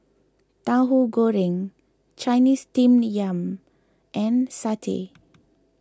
Tauhu Goreng Chinese Steamed Yam and Satay